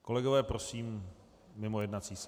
Kolegové, prosím, mimo jednací sál.